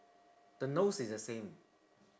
the nose is the same